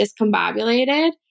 discombobulated